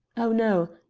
oh, no.